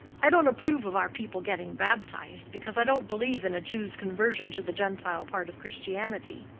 i don't approve of our people getting baptised, because i don't believe in a jew's conversion to the gentile part of christianity.